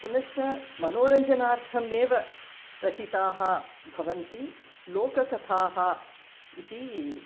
पुनश्च मनोरञ्जनार्थम् एव रचिताः भवन्ति लोककथाः इति